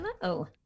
Hello